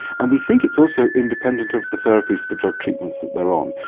and we think it's also independent of the therapies, the drug treatments that they are on.